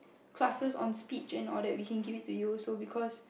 classes on speech and all that we can give it to you also because